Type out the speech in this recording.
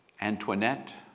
Antoinette